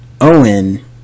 Owen